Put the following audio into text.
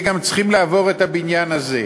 והם גם צריכים לעבור את הבניין הזה.